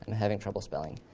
having trouble spelling.